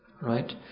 Right